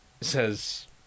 says